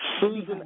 Susan